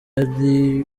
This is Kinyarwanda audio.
ari